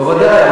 בוודאי.